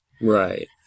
Right